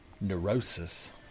neurosis